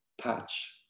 patch